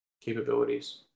capabilities